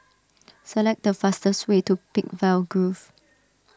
select the fastest way to Peakville Grove